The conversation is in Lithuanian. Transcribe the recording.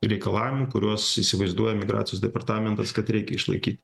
reikalavimų kuriuos įsivaizduoja migracijos departamentas kad reikia išlaikyt